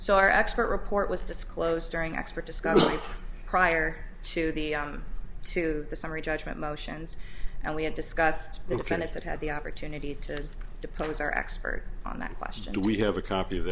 so our expert report was disclosed during expert discussion prior to the to the summary judgment motions and we had discussed the planets that had the opportunity to depose our expert on that question do we have a copy of